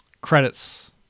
credits